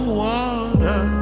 water